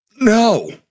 no